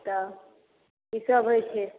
तऽ किसब होइ छै